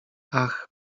ach